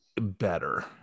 better